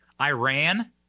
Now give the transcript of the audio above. Iran